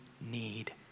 need